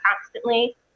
constantly